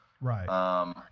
Right